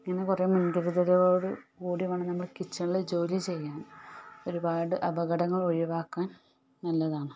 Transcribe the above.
ഇങ്ങനെ കുറെ മുൻകരുതലുകളോടു കൂടി വേണം നമ്മൾ കിച്ചണിൽ ജോലി ചെയ്യാൻ ഒരുപാട് അപകടങ്ങൾ ഒഴിവാക്കാൻ നല്ലതാണ്